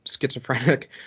schizophrenic